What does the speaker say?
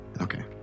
Okay